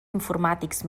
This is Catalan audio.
informàtics